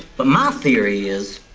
but my theory is.